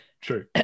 true